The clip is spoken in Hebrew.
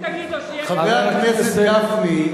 חבר הכנסת גפני,